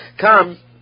come